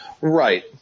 Right